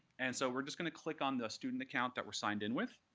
and so we're just going to click on the student account that we're signed in with.